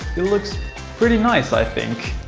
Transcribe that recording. it looks pretty nice i think.